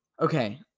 Okay